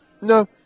No